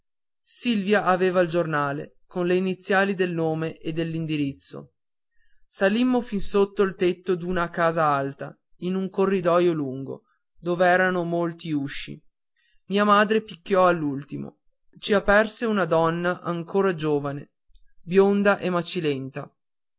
silvia aveva il giornale con le iniziali del nome e l'indirizzo salimmo fin sotto il tetto d'una casa alta in un corridoio lungo dov'erano molti usci i madre picchiò all'ultimo ci aperse una donna ancora giovane bionda e